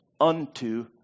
unto